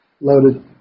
loaded